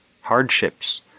hardships